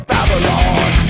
Babylon